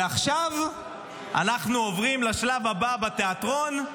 ועכשיו אנחנו עוברים לשלב הבא בתיאטרון: